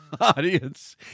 audience